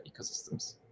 ecosystems